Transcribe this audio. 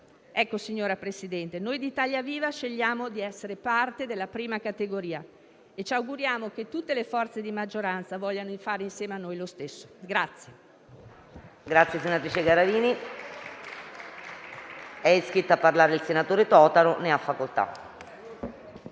Ecco, signor Presidente, noi di Italia Viva scegliamo di essere parte della prima categoria e ci auguriamo che tutte le forze di maggioranza vogliano fare, insieme a noi, lo stesso.